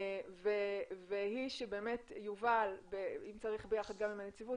שיובל והנציבות